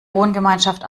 wohngemeinschaft